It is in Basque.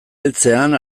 heltzean